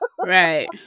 Right